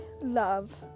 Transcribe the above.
love